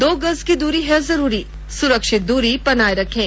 दो गज की दूरी है जरूरी सुरक्षित दूरी बनाए रखें